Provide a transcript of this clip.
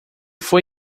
foi